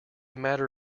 matter